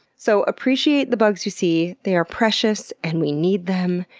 so appreciate the bugs you see. they are precious and we need them.